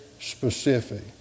specific